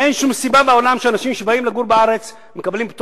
אין שום סיבה בעולם שאנשים שבאים לגור בארץ מקבלים פטור